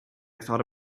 thought